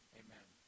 amen